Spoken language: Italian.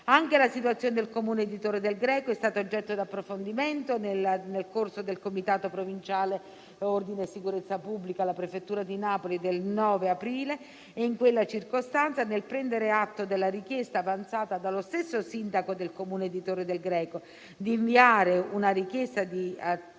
Anche la situazione del Comune di Torre del Greco è stata oggetto di approfondimento nel corso del comitato provinciale per l'ordine e la sicurezza pubblica alla prefettura di Napoli del 9 aprile e, in quella circostanza, nel prendere atto della richiesta avanzata dallo stesso sindaco del comune di Torre del Greco di inviare la richiesta per